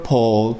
Paul